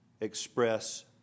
express